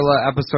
episode